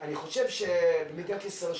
אני חושב שבמדינת ישראל,